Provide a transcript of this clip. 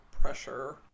pressure